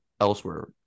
Elsewhere